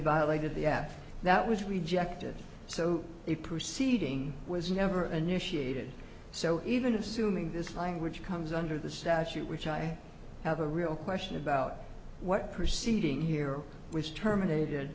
violated the ad that was rejected so the proceeding was never an issue so even assuming this language comes under the statute which i have a real question about what proceeding here was terminated